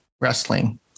wrestling